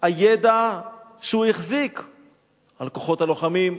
הידע שהוא החזיק על כוחות הלוחמים,